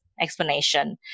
explanation